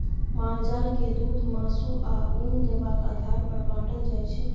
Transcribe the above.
माल जाल के दुध, मासु, आ उन देबाक आधार पर बाँटल जाइ छै